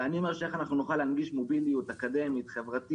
ואני שואל איך אנחנו נוכל להנגיש מוביליות אקדמית וחברתית